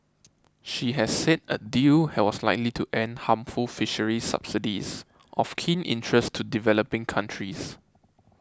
she has said a deal was likely to end harmful fisheries subsidies of keen interest to developing countries